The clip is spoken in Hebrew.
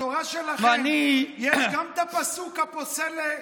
בתורה שלכם יש גם את הפסוק: "הפוסל במומו פוסל"?